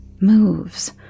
moves